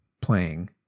playing